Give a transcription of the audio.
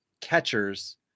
catchers